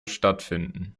stattfinden